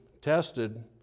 tested